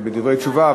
בדברי התשובה,